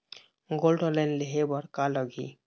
Gold loan लेहे बर का लगही?